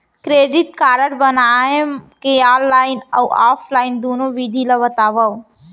Credit card बनवाए के online अऊ ऑफलाइन दुनो विधि ला बतावव?